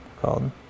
called